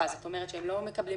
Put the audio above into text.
(להלן - החוק)